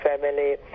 family